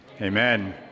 Amen